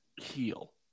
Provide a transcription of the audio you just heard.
heal